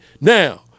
Now